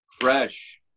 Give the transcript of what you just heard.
fresh